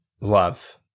love